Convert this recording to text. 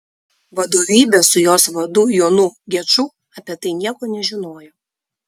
vadovybė su jos vadu jonu geču apie tai nieko nežinojo